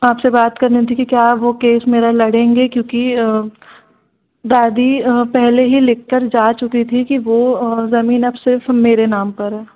आपसे बात करनी थी कि क्या आप वो केस मेरा लड़ेंगे क्योंकि दादी पहले ही लिख कर जा चुकी थी कि वो ज़मीन अब सिर्फ मेरे नाम पर है